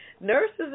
Nurses